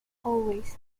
always